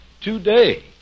today